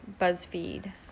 BuzzFeed